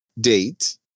date